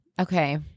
Okay